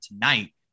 tonight